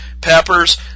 peppers